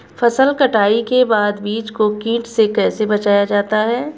फसल कटाई के बाद बीज को कीट से कैसे बचाया जाता है?